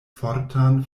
fortan